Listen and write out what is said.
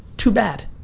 too bad.